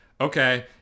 okay